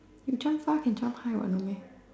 you jump far can jump high what no meh